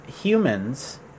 humans